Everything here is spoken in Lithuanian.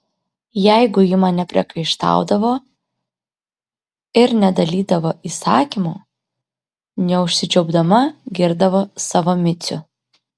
jeigu ji man nepriekaištaudavo ir nedalydavo įsakymų neužsičiaupdama girdavo savo micių